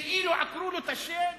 כאילו עקרו לו את השן.